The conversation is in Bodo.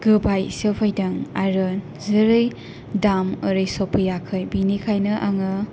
गोबायसो फैदों आरो जेरै दाम ओरै सफैयाखै बेनिखायनो आङो